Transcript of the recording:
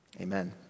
Amen